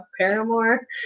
Paramore